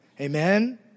Amen